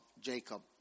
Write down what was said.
Jacob